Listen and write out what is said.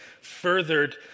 furthered